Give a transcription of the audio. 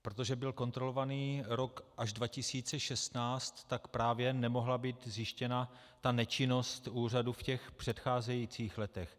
Protože byl kontrolovaný rok až 2016, tak právě nemohla být zjištěna nečinnost úřadu v těch předcházejících letech.